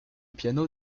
piano